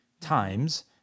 times